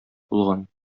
булган